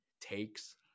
takes